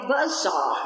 Buzzsaw